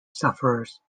sufferers